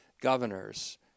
governors